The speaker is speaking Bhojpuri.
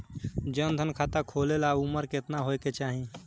जन धन खाता खोले ला उमर केतना होए के चाही?